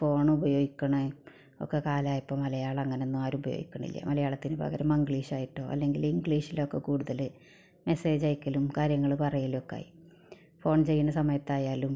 ഫോണുപയോഗിക്കണത് ഒക്കെ കാലമായപ്പോൾ മലയാളങ്ങനൊന്നും ആരും ഉപയോഗിക്കണില്ല മലയാളത്തിന് പകരം മങ്ക്ളീഷായിട്ടോ അല്ലെങ്കിൽ ഇങ്ക്ളീഷിലൊക്കെ കൂടുതൽ മെസ്സേജയക്കലും കാര്യങ്ങൾ പറയലൊക്കായി ഫോൺ ചെയ്യണ സമയത്തായാലും